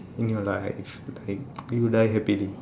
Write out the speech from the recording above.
in your life like you die happily